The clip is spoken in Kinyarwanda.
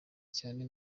cyane